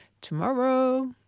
tomorrow